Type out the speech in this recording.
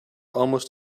almost